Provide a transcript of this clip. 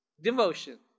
Devotion